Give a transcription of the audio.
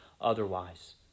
otherwise